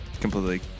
completely